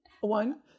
one